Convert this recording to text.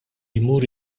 jmur